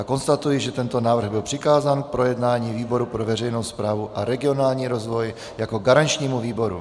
Konstatuji, že tento návrh byl přikázán k projednání výboru pro veřejnou správu a regionální rozvoj jako garančnímu výboru.